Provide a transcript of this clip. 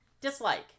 Dislike